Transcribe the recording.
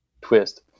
twist